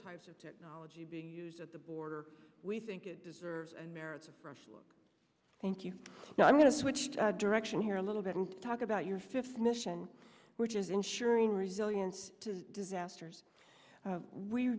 types of technology being used at the border we think it deserves and merits thank you i'm going to switch direction here a little bit and talk about your fifth mission which is ensuring resilience to disasters